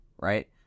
right